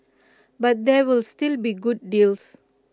but there will still be good deals